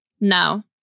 No